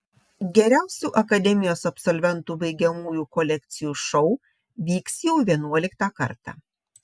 geriausių akademijos absolventų baigiamųjų kolekcijų šou vyks jau vienuoliktą kartą